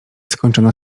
skończona